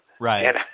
Right